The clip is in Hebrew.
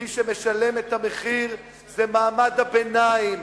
מי שמשלם את המחיר זה מעמד הביניים,